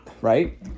right